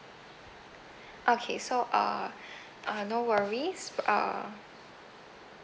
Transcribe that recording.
okay so uh uh no worries uh